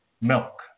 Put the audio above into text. milk